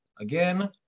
again